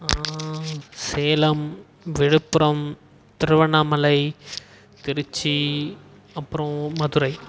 சேலம் விழுப்புரம் திருவண்ணாமலை திருச்சி அப்புறோம் மதுரை